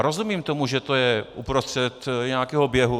Rozumím tomu, že to je uprostřed nějakého běhu.